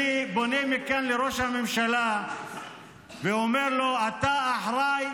אני פונה מכאן לראש הממשלה ואומר לו: אתה האחראי